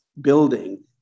building